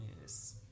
Yes